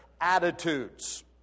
attitudes